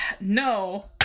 no